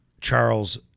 charles